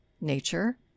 nature